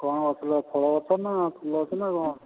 କ'ଣ ଫୁଲ ଫଳ ଗଛ ନା ଫୁଲ ଗଛ ନା କ'ଣ